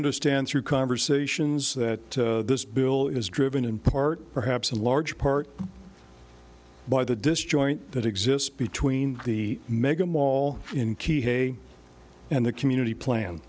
understand through conversations that this bill is driven in part perhaps in large part by the disjoint that exists between the mega mall in key hay and the community plan